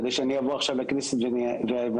כדי שאני אבוא עכשיו לכנסת ואני אגיד,